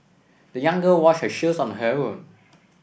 the young girl washed her shoes on her own